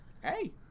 Hey